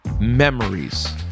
memories